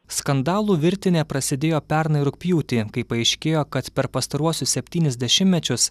skandalų virtinė prasidėjo pernai rugpjūtį kai paaiškėjo kad per pastaruosius septynis dešimtmečius